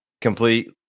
complete